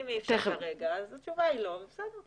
אם אי אפשר כרגע אז התשובה היא לא, ובסדר.